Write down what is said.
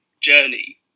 journey